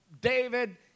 David